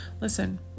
Listen